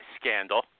scandal